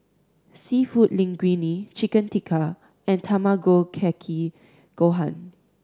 Seafood Linguine Chicken Tikka and Tamago Kake Gohan